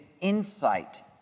insight